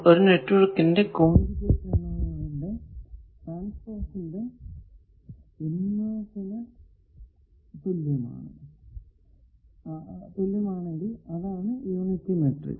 ഒരു നെറ്റ്വർക്കിന്റെ കോൺജുഗേറ്റ് എന്നത് അതിന്റെ ട്രാൻസ്പോസിന്റെ ഇൻവെർസ് ആണെങ്കിൽ അതാണ് യൂണിറ്ററി മാട്രിക്സ്